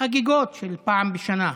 חגיגות של פעם בשנה.